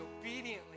obediently